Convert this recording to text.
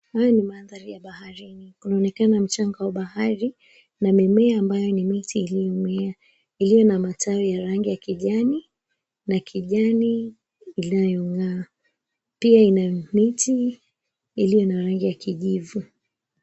Hii ni mandhari ya baharini. Kunaonekana mchanga wa bahari na mimea ambayo ni miti iliyomea, iliyo na matawi ya rangi ya kijani na kijani inayong'aa. Pia ina miti iliyo na rangi ya kijivu.